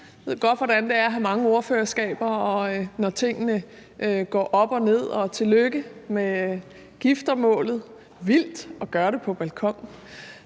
Jeg ved godt, hvordan det er at have mange ordførerskaber, og hvordan det er, når tingene går op og ned. Og tillykke med giftermålet – det er vildt at gøre det på balkonen.